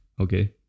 Okay